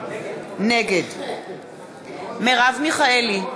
נגד מרב מיכאלי,